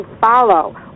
follow